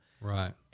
Right